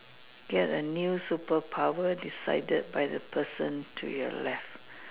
create a new superpower decided by the person to your left